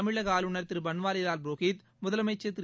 தமிழக ஆளுநர் திரு பன்வாரிலால் புரோஹித் முதலமைச்சர் திரு